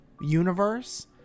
universe—